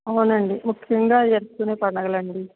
అవునండి ముఖ్యంగా జరుపుకునే పండుగలండి